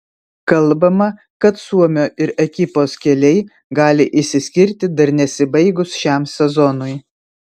kalbama kad suomio ir ekipos keliai gali išsiskirti dar nesibaigus šiam sezonui